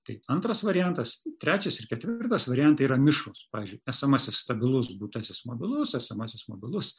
tai antras variantas trečias ir ketvirtas variantai yra mišrūs pavyzdžiui esamasis stabilus būtasis mobilus esamasis mobilus